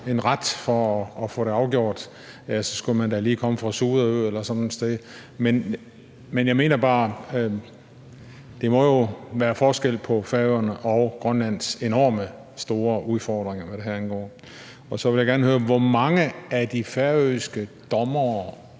en ret for at få det afgjort – så skulle man da lige komme fra Suderø eller sådan et sted. Men jeg mener bare, at der jo må være forskel på Færøernes og Grønlands enormt store udfordringer, hvad det her angår. Så vil jeg gerne høre, hvor mange af de færøske dommere